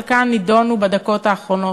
וחלקן נדונו בדקות האחרונות,